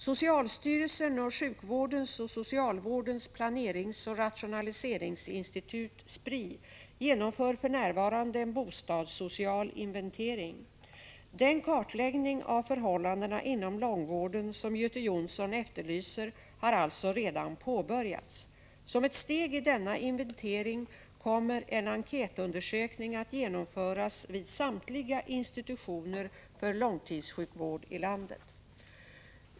Socialstyrelsen och sjukvårdens och socialvårdens planeringsoch rationaliseringsinstitut, Spri, genomför för närvarande en bostadssocial inventering. Den kartläggning av förhållandena inom långvården som Göte Jonsson efterlyser har alltså redan påbörjats. Som ett steg i denna inventering kommer en enkätundersökning att genomföras vid samtliga institutioner för långtidssjukvård i landet.